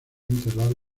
enterrado